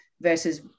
versus